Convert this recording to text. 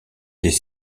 des